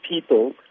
people